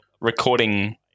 recording